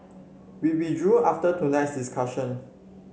we withdrew after tonight's discussion